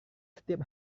setiap